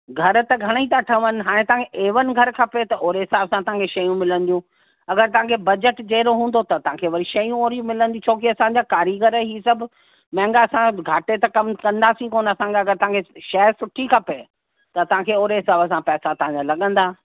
घर त घणेई थी ठहनि हाणे तव्हांखे ए वन घर खपे त ओहिड़े हिसाब सां तव्हांखे शयूं मिलंदियूं अगरि तव्हांखे बजट जहिड़ो हूंदो त तव्हांखे वरी शयूं ओहिड़ियूं मिलंदियूं छोकि असांजा कारीगर ई सभु महांगा असां घाटे त कम कंदासीं कोन्ह असांजा त तव्हांखे शइ सुठी खपे त तव्हांखे ओहिड़े हिसाब सां पैसा तव्हांजा लॻंदा